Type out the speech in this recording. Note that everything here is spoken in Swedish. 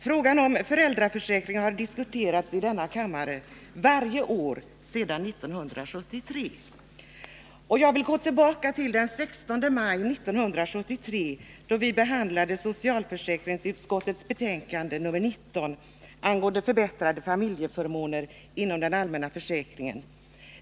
Frågan om föräldraförsäkringen har diskuterats i kammaren varje år sedan 1973. Jag vill gå tillbaka till den 16 maj 1973, då vi behandlade socialförsäkringsutskottets betänkande nr 19 år 1973 angående förbättrade familjeförmåner inom den allmänna försäkringen.